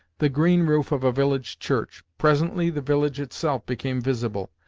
the green roof of a village church. presently the village itself became visible,